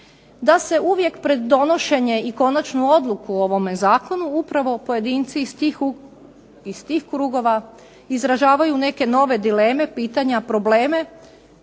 da se uvijek pred donošenje i konačnu odluku o ovome zakonu upravo pojedinci iz tih krugova izražavaju neke nove dileme, pitanja, probleme.